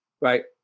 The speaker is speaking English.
right